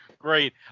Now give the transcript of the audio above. great